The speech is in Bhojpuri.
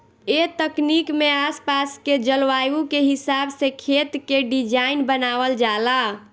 ए तकनीक में आस पास के जलवायु के हिसाब से खेत के डिज़ाइन बनावल जाला